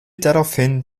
daraufhin